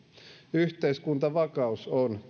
yhteiskuntavakaus on